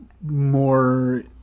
more